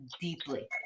deeply